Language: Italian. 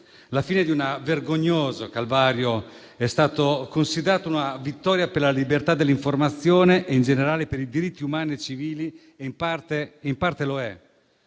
La fine di un vergognoso calvario è considerata una vittoria per la libertà dell'informazione e in generale per i diritti umani e civili, e in parte lo è.